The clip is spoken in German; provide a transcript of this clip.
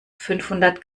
fünfhundert